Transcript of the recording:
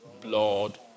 Blood